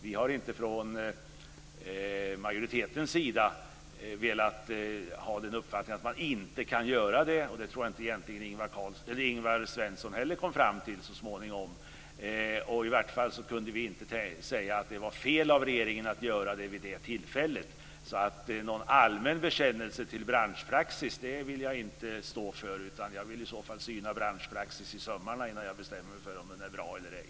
Vi har från majoritetens sida inte velat ha den uppfattningen att man inte kan göra det, och det tror jag egentligen inte heller att Ingvar Svensson så småningom kom fram till. I varje fall kunde vi inte säga att det var fel av regeringen att göra det vid det tillfället, så någon allmän bekännelse till branschpraxis vill jag inte stå för. Jag vill i så fall syna branschpraxis i sömmarna innan jag bestämmer mig för om den är bra eller ej.